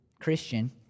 Christian